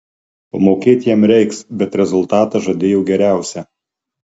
pamokėt jam reiks bet rezultatą žadėjo geriausią